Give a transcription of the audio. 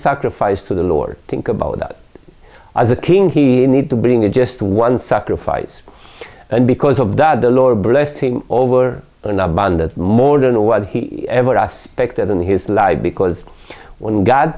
sacrifice to the lord think about that as a king he need to bring a just one sacrifice and because of that the lord blessed him over an abundance more than what he ever aspect in his life because when god